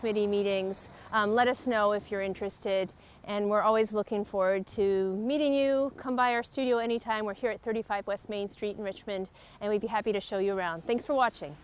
committee meetings let us know if you're interested and we're always looking forward to meeting you come by our studio anytime we're here at thirty five west main street in richmond and we'd be happy to show you around thanks for watching